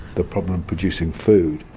the problem of producing food,